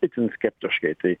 itin skeptiškai tai